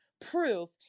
Proof